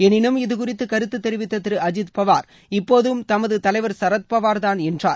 எளினும் இது குறித்து கருத்து தெரிவித்த திரு அஜீத்பவார் இப்போதும் தமது தலைவர் சரத்பவார் தான் என்றார்